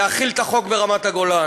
להחיל את החוק ברמת הגולן.